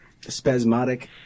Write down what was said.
spasmodic